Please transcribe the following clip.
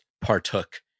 partook